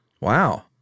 Wow